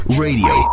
radio